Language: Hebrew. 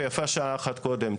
ויפה שעה אחת קודם.